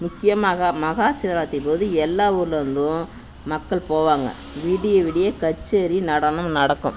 முக்கியமாக மஹா சிவராத்திரி போது எல்லா ஊரில் இருந்தும் மக்கள் போவாங்க விடிய விடிய கச்சேரி நடனம் நடக்கும்